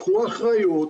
קחו אחריות,